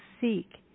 seek